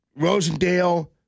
Rosendale